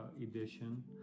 edition